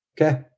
Okay